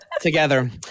together